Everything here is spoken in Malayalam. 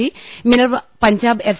C Minerva Punjab F